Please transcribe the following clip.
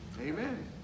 Amen